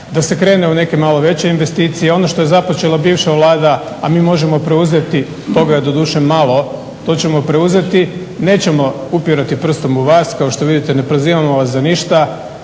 da se krene u neke malo veće investicije. Ono što je započela bivša Vlada, a mi možemo preuzeti, toga je doduše malo, to ćemo preuzeti, nećemo upirati prstom u vas. Kao što vidite ne prozivamo vas za ništa.